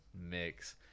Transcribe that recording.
mix